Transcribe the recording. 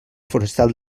forestal